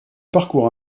parcours